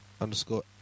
underscore